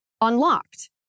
unlocked